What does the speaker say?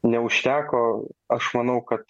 neužteko aš manau kad